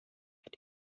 die